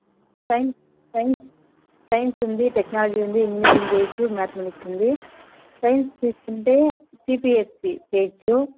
sign science science ఉంది technology ఉంది engineering చెయ్యచ్చు మ్యాథమేటిక్స్ ఉంది సైన్స్ తీసుకుంటే సీబీఎస్సీ చెయ్యచ్చు